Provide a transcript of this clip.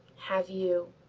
have you